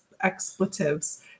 expletives